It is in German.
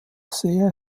sehe